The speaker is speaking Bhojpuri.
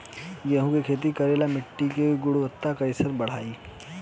गेहूं के खेती करेला मिट्टी के गुणवत्ता कैसे बढ़ाई?